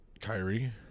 Kyrie